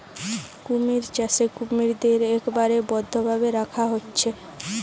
কুমির চাষে কুমিরদের একবারে বদ্ধ ভাবে রাখা হচ্ছে